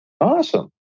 Awesome